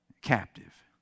captive